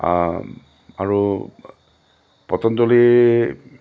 আৰু পতঞ্জলী